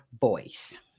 voice